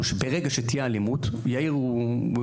שברגע שתהיה אלימות כולם